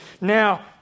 now